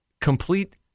complete